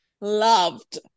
loved